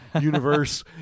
universe